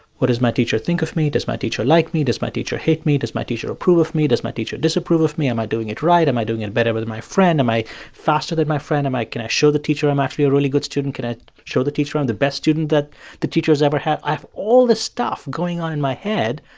what does my teacher think of me? does my teacher like me? does my teacher hate me? does my teacher approve of me? does my teacher disapprove of me? am i doing it right? am i doing it better with my friend? am i faster than my friend? am i can i show the teacher i'm actually a really good student? can i show the teacher that i'm the best student that the teacher's ever had? i have all this stuff going on in my head.